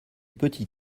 petit